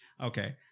okay